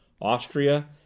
Austria